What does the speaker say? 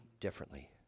differently